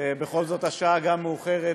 בכל זאת השעה מאוחרת.